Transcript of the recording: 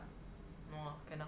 no ah can ah